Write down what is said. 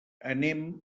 anem